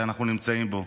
שאנחנו נמצאים בו.